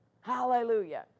Hallelujah